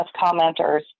commenters